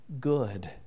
good